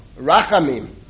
Rachamim